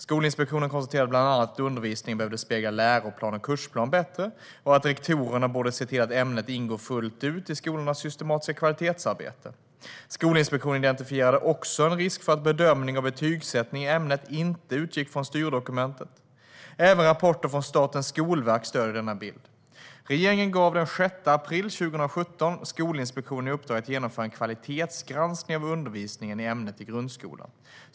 Skolinspektionen konstaterade bland annat att undervisningen behövde spegla läroplan och kursplan bättre och att rektorerna borde se till att ämnet ingår fullt ut i skolornas systematiska kvalitetsarbete. Skolinspektionen identifierade också en risk för att bedömning och betygsättning i ämnet inte utgick från styrdokumenten. Även rapporter från Statens skolverk stöder denna bild. Regeringen gav den 6 april 2017 Skolinspektionen i uppdrag att genomföra en kvalitetsgranskning av undervisningen i ämnet i grundskolan .